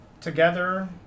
together